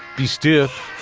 be stiff.